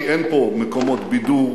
כי אין פה מקומות בידור,